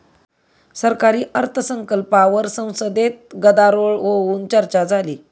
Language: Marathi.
सरकारी अर्थसंकल्पावर संसदेत गदारोळ होऊन चर्चा झाली